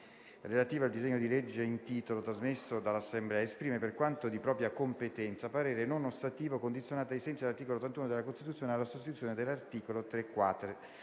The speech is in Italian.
relativo al disegno di legge in titolo, trasmesso dall'Assemblea, esprime, per quanto di propria competenza, parere non ostativo condizionato, ai sensi dell'articolo 81 della Costituzione, alla sostituzione dell'articolo